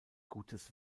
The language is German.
gutes